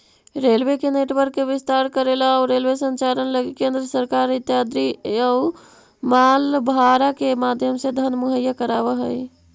railway के network के विस्तार करेला अउ रेलवे संचालन लगी केंद्र सरकार यात्री अउ माल भाड़ा के माध्यम से धन मुहैया कराव हई